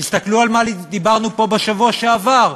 תסתכלו על מה שדיברנו פה בשבוע שעבר,